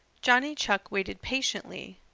johnny chuck waited patiently.